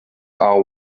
are